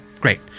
great